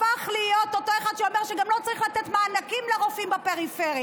הפך להיות אותו אחד שאומר שגם לא צריך לתת מענקים לרופאים בפריפריה,